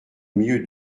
milieu